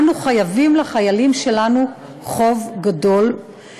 אנו חייבים לחיילים שלנו חוב גדול שאין לו שיעור,